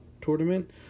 tournament